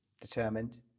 determined